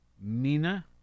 Mina